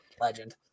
legend